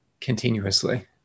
continuously